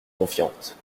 confiante